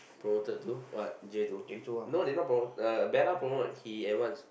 promoted to what J two no they not promote Bella promote he advance